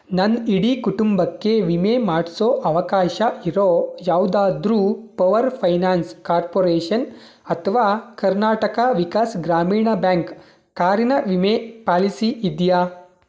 ನನ್ನ ಇಡೀ ಕುಟುಂಬಕ್ಕೆ ವಿಮೆ ಮಾಡಿಸೋ ಅವಕಾಶ ಇರೋ ಯಾವುದಾದ್ರೂ ಪವರ್ ಫೈನಾನ್ಸ್ ಕಾರ್ಪೊರೇಷನ್ ಅಥವಾ ಕರ್ನಾಟಕ ವಿಕಾಸ್ ಗ್ರಾಮೀಣ ಬ್ಯಾಂಕ್ ಕಾರಿನ ವಿಮೆ ಪಾಲಿಸಿ ಇದೆಯಾ